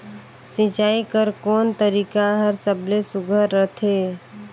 सिंचाई कर कोन तरीका हर सबले सुघ्घर रथे?